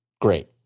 Great